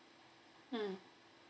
mm